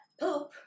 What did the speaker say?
poop